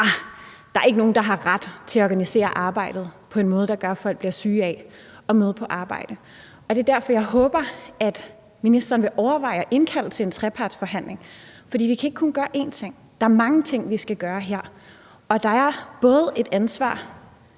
der er ikke nogen, der har ret til at organisere arbejdet på en måde, der gør, at folk bliver syge af at møde på arbejde. Det er derfor, jeg håber, at ministeren vil overveje at indkalde til en trepartsforhandling, for vi kan ikke kun gøre én ting; der er mange ting, vi skal gøre her, og der er et ansvar,